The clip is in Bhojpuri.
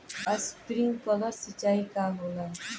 स्प्रिंकलर सिंचाई का होला?